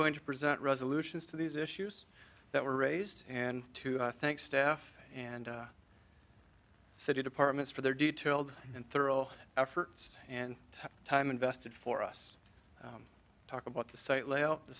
going to present resolutions to these issues that were raised and to thank staff and city departments for their detailed and thorough efforts and time invested for us talk about the